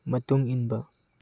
ꯃꯇꯨꯡ ꯏꯟꯕ